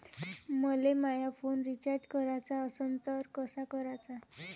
मले माया phone recharge कराचा असन तर कसा कराचा?